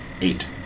eight